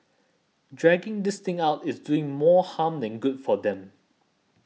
dragging this thing out is doing more harm than good for them